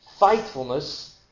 faithfulness